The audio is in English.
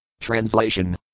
Translation